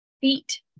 feet